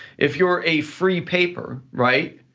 if you're a free paper, right,